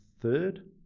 third